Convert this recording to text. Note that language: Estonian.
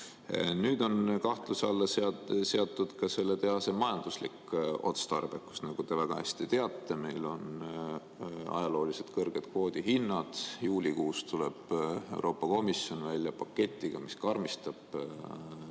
Nüüd on kahtluse alla seatud ka selle tehase majanduslik otstarbekus. Nagu te väga hästi teate, on meil ajalooliselt kõrged kvoodihinnad. Juulikuus tuleb Euroopa Komisjon välja paketiga, mis teeb